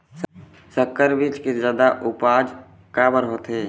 संकर बीज के जादा उपज काबर होथे?